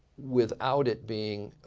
without it being